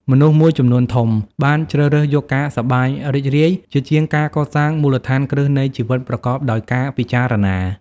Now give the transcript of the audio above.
មនុស្សមួយចំនួនធំបានជ្រើសរើសយកការសប្បាយរីករាយ ជាជាងការកសាងមូលដ្ឋានគ្រឹះនៃជីវិតប្រកបដោយការពិចារណា។